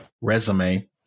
resume